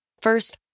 first